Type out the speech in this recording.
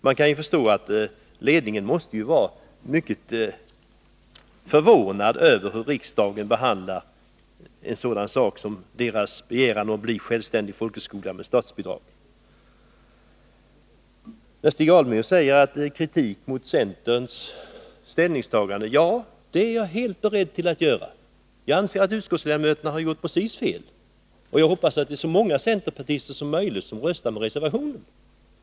Man kan förstå att ledningen måste vara mycket förvånad över hur riksdagen behandlar skolans begäran att bli självständig folkhögskola med statsbidrag. Stig Alemyr talar om kritik mot centerns ställningstagande. Ja, jag är helt beredd att kritisera centerns utskottsledamöter — jag anser att de har handlat alldeles felaktigt. Och jag hoppas att så många centerpartister som möjligt röstar med reservationen.